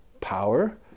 power